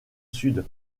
sud